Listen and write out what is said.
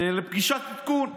לפגישת עדכון.